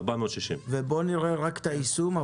רק בואו נראה את היישום.